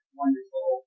wonderful